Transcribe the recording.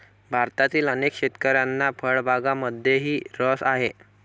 भारतातील अनेक शेतकऱ्यांना फळबागांमध्येही रस आहे